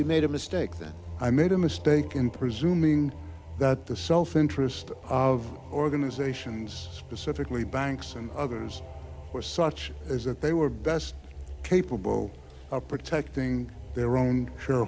you made a mistake that i made a mistake in presuming that the self interest of organizations specifically banks and others were such as that they were best capable of protecting their own s